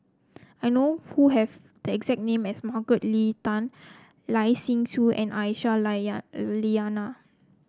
I know who have the exact name as Margaret Leng Tan Lai Siu Chiu and Aisyah Lyana